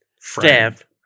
staff